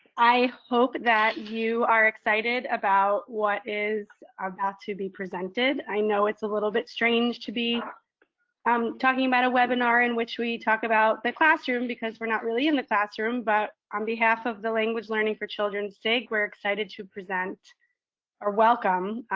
i hope that you are excited about what is about to be presented. i know it's a little bit strange to be um talking about a webinar in which we talk about the classroom because we're not really in the classroom. but on behalf of the language learning for children's sig, we're excited to present or welcome,